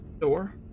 door